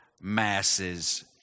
masses